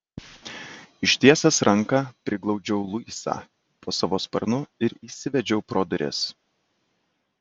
ištiesęs ranką priglaudžiau luisą po savo sparnu ir įsivedžiau pro duris